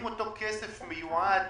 כסף מיועד